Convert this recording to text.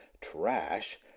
trash